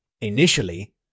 Initially